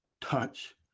touch